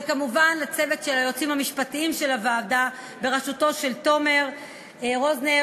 וכמובן לצוות היועצים המשפטיים של הוועדה בראשותו של תומר רוזנר,